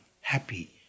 happy